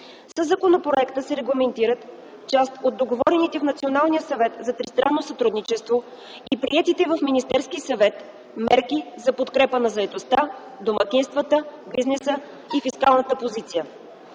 Със законопроекта се регламентират част от договорените в Националния съвет за тристранно сътрудничество и приетите от Министерския съвет мерки за подкрепа на заетостта, домакинствата, бизнеса и фискалната позиция.